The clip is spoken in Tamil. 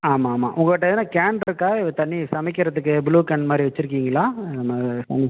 ஆமாம் ஆமாம் உங்கள்கிட்ட எதனா கேன் இருக்கா தண்ணி சமைக்கிறதுக்கு ப்ளூ கேன் மாதிரி வச்சுருக்கீங்களா